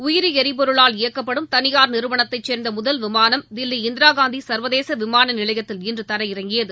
உயிரி எரிபொருளால் இயக்கப்படும் தனியார் நிறுவனத்தைச் சேர்ந்த முதல் விமானம் தில்லி இந்திராகாந்தி சர்வதேச விமான நிலையத்தில் இன்று தரையிறங்கியது